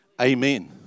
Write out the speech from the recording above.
amen